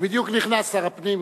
בדיוק נכנס שר הפנים,